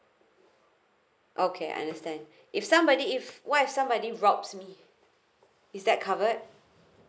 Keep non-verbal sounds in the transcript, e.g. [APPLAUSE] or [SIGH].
okay understand [BREATH] if somebody if what if somebody robs me is that covered